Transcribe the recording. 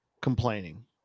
complaining